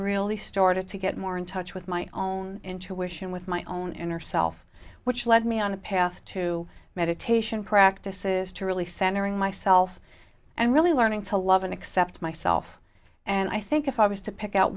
really started to get more in touch with my own intuition with my own inner self which led me on the path to meditation practices to really centering myself and really learning to love and accept myself and i think if i was to pick out